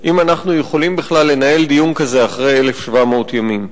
אם אנחנו יכולים בכלל לנהל דיון כזה אחרי 1,700 ימים.